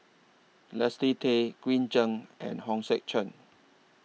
Leslie Tay Green Zeng and Hong Sek Chern